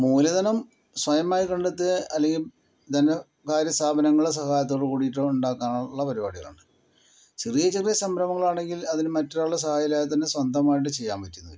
മൂലധനം സ്വയമായി കണ്ടെത്തുക അല്ലെങ്കിൽ ധനകാര്യ സ്ഥാപനങ്ങളെ സഹായത്തോട് കൂടിയിട്ടോ ഉണ്ടാക്കാനുള്ള പരിപാടികളാണ് ചെറിയ ചെറിയ സംരംഭങ്ങളാണെങ്കിൽ അതിന് മറ്റൊരാളുടെ സഹായല്ലാതെതന്നെ സ്വന്തമായിട്ട് ചെയ്യാൻ പറ്റിയെന്നു വരും